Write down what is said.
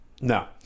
No